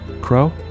Crow